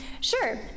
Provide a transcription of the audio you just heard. sure